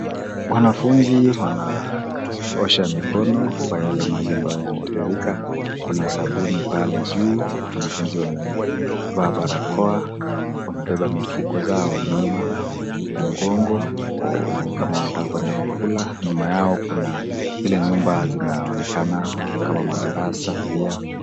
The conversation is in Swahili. Wanafunza wanaaosha mikono kwa yale maji ambayo yanatiririka, kuna sabuni pale juu, wanafunzi wamevaa barakoa wamebeba mifuko yao nyuma ya mgongo ni kama wanataka kwenda kukula, nyuma yao kuna zile nyumba zinaonekana kama madarasa pia.